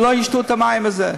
שלא ישתו את המים האלה.